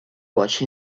watched